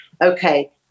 okay